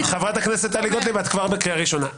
חברת הכנסת טלי גוטליב, את כבר בקריאה הראשונה.